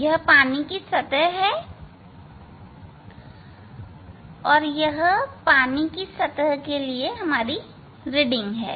यह पानी की सतह है यह पानी की सतह के लिए रीडिंग है